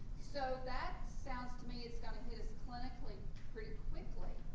so that sounds to me it's going to hit us clinically pretty quickly,